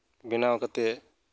ᱵᱮᱱᱟᱣ ᱠᱟᱛᱮ